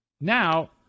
Now